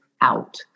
out